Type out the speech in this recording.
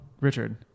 Richard